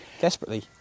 desperately